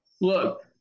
Look